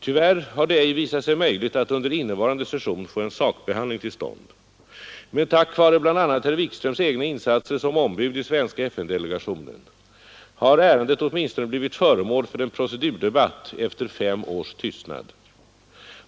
Tyvärr har det ej visat sig möjligt att under innevarande session få en sakbehandling till stånd. Men tack vare bl.a. herr Wikströms egna insatser som ombud i svenska FN-delegationen har ärendet åtminstone blivit föremål för en procedurdebatt efter fem års tystnad.